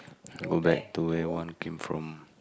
go back to where you want came from